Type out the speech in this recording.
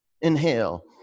inhale